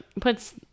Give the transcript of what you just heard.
puts